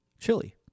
chili